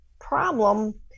problem